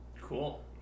Cool